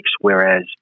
whereas